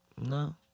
No